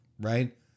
right